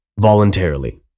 voluntarily